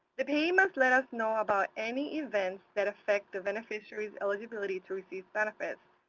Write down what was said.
the payments let us know about any events that affect the beneficiary's eligibility to receive benefits.